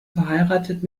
verheiratet